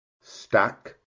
stack